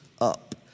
up